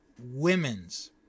women's